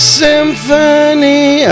symphony